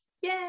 yay